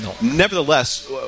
Nevertheless